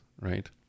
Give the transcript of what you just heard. right